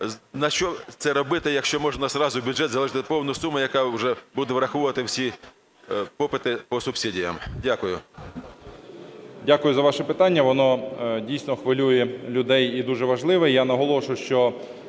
Нащо це робити, якщо можна зразу в бюджет заложить повну суму, яка вже буде враховувати всі попити по субсидіям. Дякую. 10:37:12 ШМИГАЛЬ Д.А. Дякую за ваше питання, воно дійсно хвилює людей і дуже важливе. Я наголошу, що